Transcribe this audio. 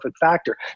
factor